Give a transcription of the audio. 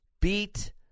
beat